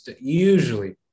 usually